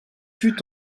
fut